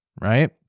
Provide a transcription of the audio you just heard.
right